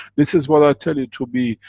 this is what i tell you to be.